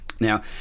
Now